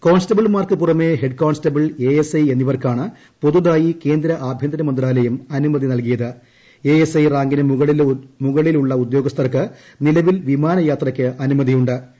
കോൺസ്റ്റബിൾമാർക്ക് പുറമേ head constable A S I എന്നിവർക്കാണ് പുതുതായി കേന്ദ്ര ആഭ്യന്തരമന്ത്രാലായം അനുമതി നൽകിയത്ത് എ എസ് ഐ റാങ്കിന് മുകളിലുള്ള ഉദ്യോഗസ്ഥർക്ക് നിലവിൽ പ്പിമാനയാത്രയ്ക്ക് അനുമതിയു ്